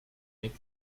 make